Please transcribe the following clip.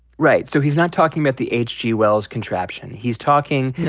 right. so he's not talking about the h g. wells contraption. he's talking. no.